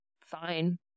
fine